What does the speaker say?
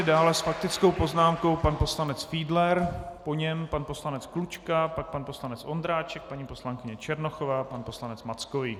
Dále s faktickou poznámkou pan poslanec Fiedler, po něm pan poslanec Klučka, pak pan poslanec Ondráček, paní poslankyně Černochová, pan poslanec Mackovík.